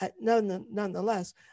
nonetheless